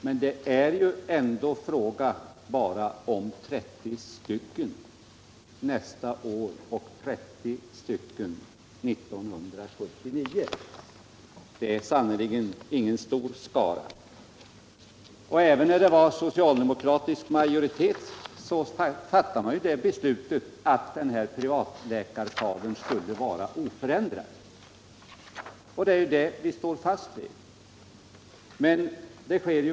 Men det är ju bara fråga om 30 nästa år och 30 år 1979. Det är sannerligen inten stor skara! Det var ju när vi hade socialdemokratisk majoritet som beslutet fattades att denna privatläkarkader skulle vara oförändrad. Vi står fast vid det beslutet.